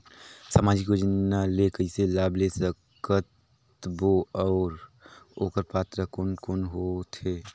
समाजिक योजना ले कइसे लाभ ले सकत बो और ओकर पात्र कोन कोन हो थे?